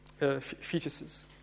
fetuses